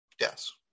Yes